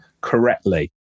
correctly